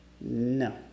No